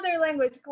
language